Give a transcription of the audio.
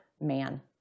man